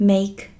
Make